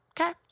Okay